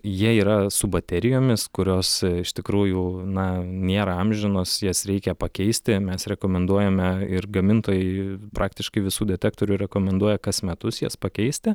jie yra su baterijomis kurios iš tikrųjų na nėra amžinos jas reikia pakeisti mes rekomenduojame ir gamintojai praktiškai visų detektorių rekomenduoja kas metus jas pakeisti